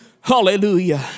Hallelujah